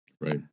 Right